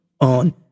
on